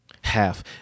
half